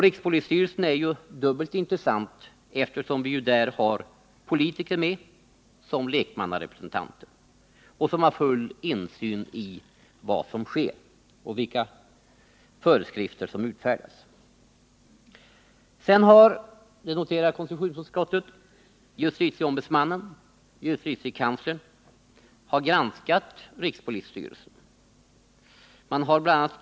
Rikspolisstyrelsen är i detta fall dubbelt intressant, eftersom vi där har politiker med som lekmannarepresentanter, vilka har full insyn i vad som sker och i de föreskrifter som utfärdas. Konstitutionsutskottet noterar att JO och JK har granskat rikspolisstyrelsen. Man harbl.a.